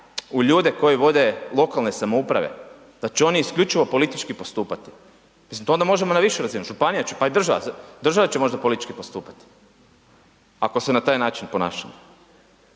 u ljude koji vode lokalne samouprave, da će oni isključivo politički postupati. Mislim to onda možemo na više razina, županija će, pa i država će možda politički postupati, ako se na taj način ponašamo.